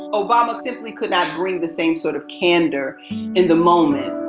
obama simply could not bring the same sort of candor in the moment